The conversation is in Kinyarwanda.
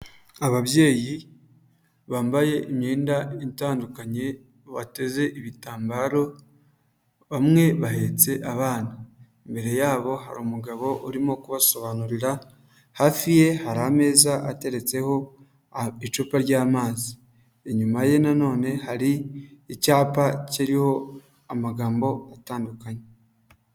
Ababyeyi bambaye imyenda itandukanye, bateze ibitambaro, bamwe bahetse abana, imbere yabo hari umugabo urimo kubasobanurira, hafi ye hari ameza ateretseho icupa ry'amazi, inyuma ye nanone hari icyapa kiriho amagambo atandukanye.